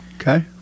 Okay